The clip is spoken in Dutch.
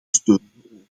steun